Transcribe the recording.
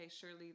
surely